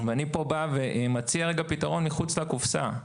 אני מציע פה פתרון מחוץ לקופסה.